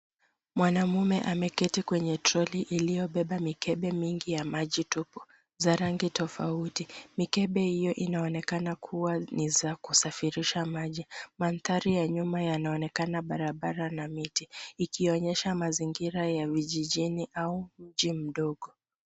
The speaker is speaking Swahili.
Mwanaume ameketi kwenye troli iliyobeba mikebe mingi ya maji tupu za rangi tofauti. Mikebe hiyo inaonekana kuwa ni za kusafirisha maji. mandhari ya nyuma yanaonekana barabara na miti ikionyesha mazingira ya vijijini au mji mdogo.